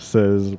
Says